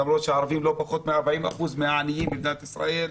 למרות שהערבים מהווים לא פחות מ-40% מן העניים במדינת ישראל.